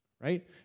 right